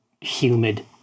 humid